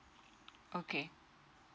okay